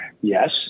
Yes